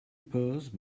purse